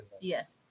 Yes